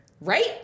right